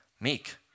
meek